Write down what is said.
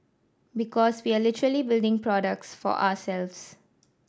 because we are literally building products for ourselves